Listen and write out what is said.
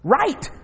right